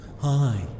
Hi